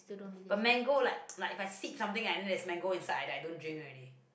but mango like like if I sip something and then there's mango inside I do~ I don't drink already